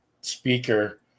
speaker